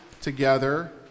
together